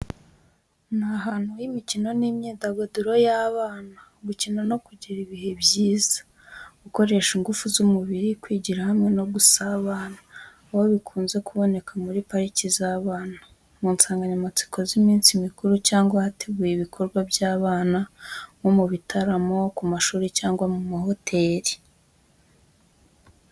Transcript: Ni ahantu h’imikino n’imyidagaduro y’abana. Gukina no kugira ibihe byiza. Gukoresha ingufu z’umubiri, Kwigira hamwe no gusabana. Aho bikunze kuboneka muri pariki z’abana mu nsanganyamatsiko z’iminsi mikuru cyangwa ahateguwe ibikorwa by’abana nko mu bitaramo, ku mashuri cyangwa mu mahoteli.